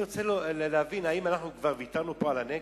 אני רוצה להבין, האם אנחנו כבר ויתרנו על הנגב?